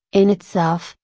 in itself,